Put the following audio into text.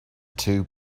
two